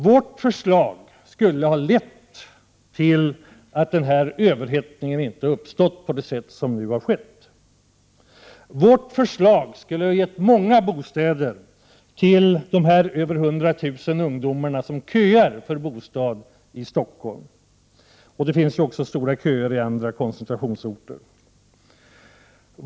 Vårt förslag skulle ha lett till att denna överhettning inte hade uppstått på det sätt som nu har skett. Vårt förslag skulle ha gett många bostäder till de över 100 000 ungdomar som köar för bostad i Stockholm, Det finns även långa köer i andra koncentrationsorter.